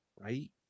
right